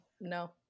No